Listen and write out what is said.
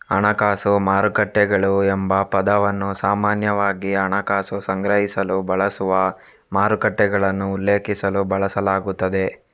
ಹಣಕಾಸು ಮಾರುಕಟ್ಟೆಗಳು ಎಂಬ ಪದವನ್ನು ಸಾಮಾನ್ಯವಾಗಿ ಹಣಕಾಸು ಸಂಗ್ರಹಿಸಲು ಬಳಸುವ ಮಾರುಕಟ್ಟೆಗಳನ್ನು ಉಲ್ಲೇಖಿಸಲು ಬಳಸಲಾಗುತ್ತದೆ